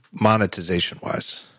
monetization-wise